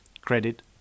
credit